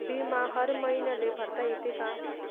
बिमा हर मईन्याले भरता येते का?